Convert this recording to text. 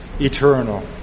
eternal